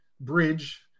bridge